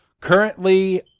currently